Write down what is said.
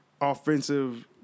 offensive